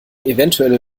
eventuelle